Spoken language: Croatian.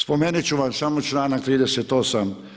Spomenut ću vam samo članak 38.